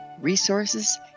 resources